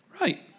Right